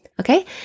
Okay